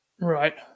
right